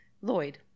Lloyd